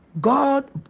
God